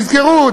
תזכרו,